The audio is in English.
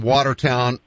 Watertown